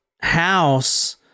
house